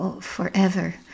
forever